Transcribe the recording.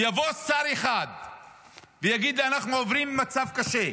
שיבוא שר אחד ויגיד, אנחנו עוברים מצב קשה,